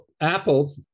Apple